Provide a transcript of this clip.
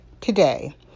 Today